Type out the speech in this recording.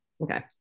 okay